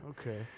okay